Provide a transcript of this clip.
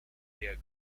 der